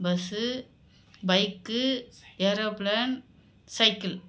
bus bike aeroplane cycle